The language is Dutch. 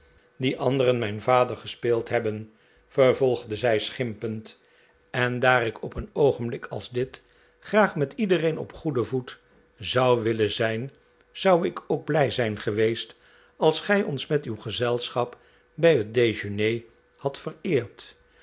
die anderen mijn vader gespeeld hebben vervolgde zij schimpend en daar ik op een oogenblik als dit graag met iedereen op goeden voet zou willen zijn zou ik ook blij zijn geweest als gij ons met uw gezelschap bij het dejeuner hadt vereerd